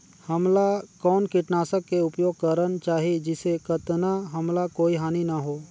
हमला कौन किटनाशक के उपयोग करन चाही जिसे कतना हमला कोई हानि न हो?